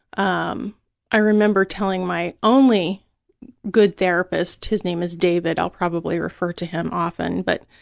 um i remember telling my only good therapist, his name is david, i'll probably refer to him often, but